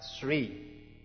three